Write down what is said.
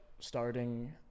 starting